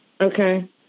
Okay